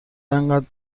انقدر